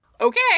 okay